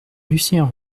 lucien